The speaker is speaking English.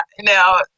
now